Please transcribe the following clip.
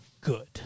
good